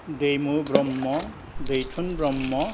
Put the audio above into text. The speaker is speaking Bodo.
दैमु ब्रम्ह दैथुन ब्रम्ह